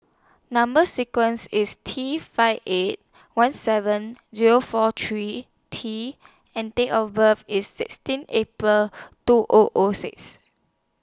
Number sequence IS T five eight one seven Zero four three T and Date of birth IS sixteen April two O O six